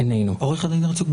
עורך הדין הרצוג,